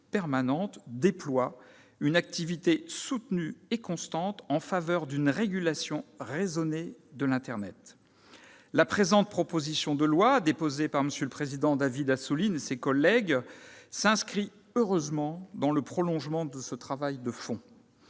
permanente, déploie une activité soutenue et constante en faveur d'une régulation raisonnée de l'internet. La présente proposition de loi, déposée par David Assouline et ses collègues, s'inscrit heureusement dans le prolongement de ce travail de fond.